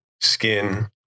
skin